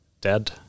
dead